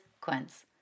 Quince